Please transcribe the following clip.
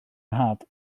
nhad